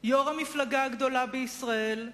יושבת-ראש המפלגה הגדולה בישראל,